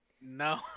No